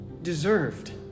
Deserved